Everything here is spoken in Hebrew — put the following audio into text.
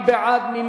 מי בעד?